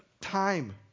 time